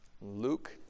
Luke